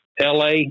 LA